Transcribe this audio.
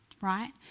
right